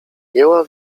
jęła